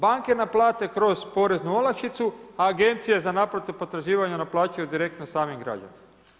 Banke naplate kroz poreznu olakšicu, a agencije za naplatu potraživanja naplaćuju direktno samim građanima.